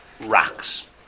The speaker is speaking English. rocks